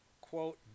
quote